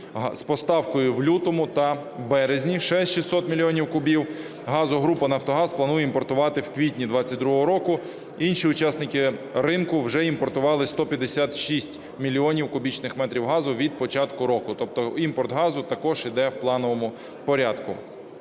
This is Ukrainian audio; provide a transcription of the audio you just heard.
з поставкою в лютому та березні, ще 600 мільйонів кубів газу група "Нафтогаз" планує імпортувати в квітні 22-го року. Інші учасники ринку вже імпортували 156 мільйонів кубічних метрів газу від початку року. Тобто імпорт газу також іде в плановому порядку.